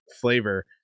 flavor